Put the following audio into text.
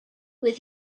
with